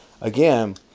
again